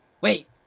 wait